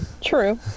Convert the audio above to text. true